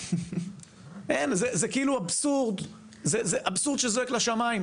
אין, זה כאילו אבסורד, זה אבסורד שזועק לשמיים.